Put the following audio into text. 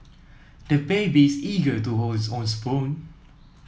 the baby is eager to hold his own spoon